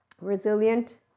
resilient